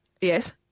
Yes